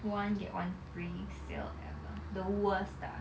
one get one free sale ever the worst ah